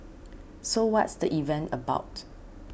so what's the event about